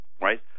right